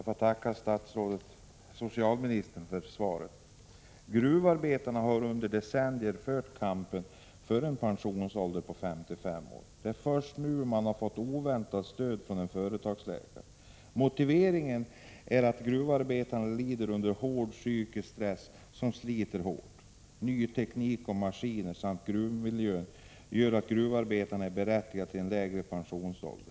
Herr talman! Jag får tacka socialministern för svaret. Gruvarbetarna har under decennier fört kampen för pension vid 55 års ålder. Det är först nu de har fått oväntat stöd från en företagsläkare. Motiveringen är att gruvarbetarna lider under en psykisk press som sliter hårt. Ny teknik och nya maskiner samt gruvmiljön gör att gruvarbetarna är berättigade till en lägre pensionsålder.